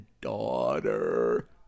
daughter